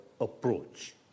approach